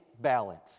balance